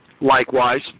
Likewise